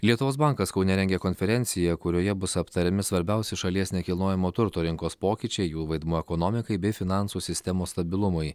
lietuvos bankas kaune rengia konferenciją kurioje bus aptariami svarbiausi šalies nekilnojamo turto rinkos pokyčiai jų vaidmuo ekonomikai bei finansų sistemos stabilumui